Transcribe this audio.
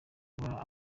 haba